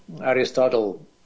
Aristotle